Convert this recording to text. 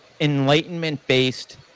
enlightenment-based